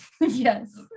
Yes